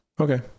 Okay